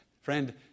Friend